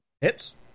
hits